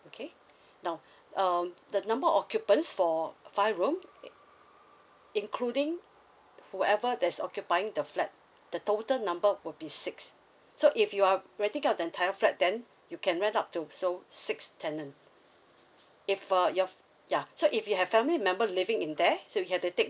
okay now um the number of occupants for five room in~ including whoever that's occupying the flat the total number will be six so if you are already get an entire flat then you can rent out to so six tenant if uh your ya so if you have family member living in there so you have to take